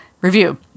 Review